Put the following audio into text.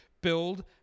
build